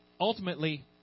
ultimately